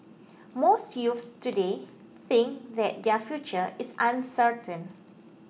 most youths today think that their future is uncertain